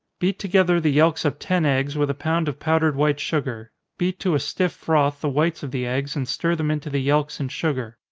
beat together the yelks of ten eggs, with a pound of powdered white sugar beat to a stiff froth the whites of the eggs, and stir them into the yelks and sugar.